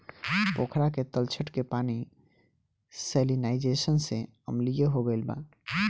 पोखरा के तलछट के पानी सैलिनाइज़ेशन से अम्लीय हो गईल बा